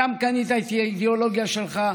שם קנית את האידיאולוגיה שלך,